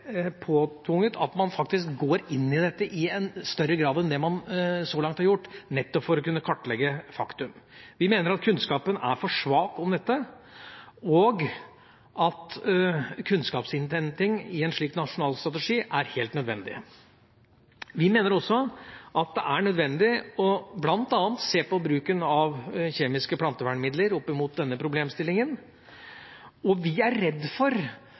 påtvunget å gå inn i dette i større grad enn hva man har gjort så langt, nettopp for å kunne kartlegge faktum. Vi mener at kunnskapen om dette er for svak, og at kunnskapsinnhenting i en slik nasjonal strategi er helt nødvendig. Vi mener også det er nødvendig bl.a. å se på bruken av kjemiske plantevernmidler opp imot denne problemstillingen. Og vi er redd for